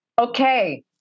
Okay